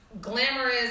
glamorous